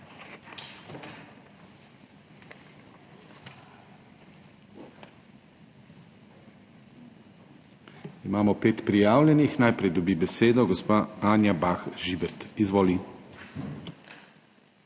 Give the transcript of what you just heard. Imamo pet prijavljenih, najprej dobi besedo gospa Anja Bah Žibert. Izvoli.